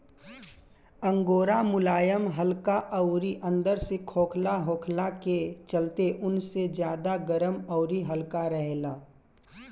angora मुलायम हल्का अउरी अंदर से खोखला होखला के चलते ऊन से ज्यादा गरम अउरी हल्का रहेला